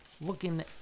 looking